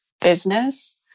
business